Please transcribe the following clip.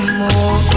more